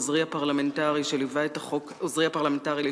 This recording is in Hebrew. עוזרי הפרלמנטרי לשעבר,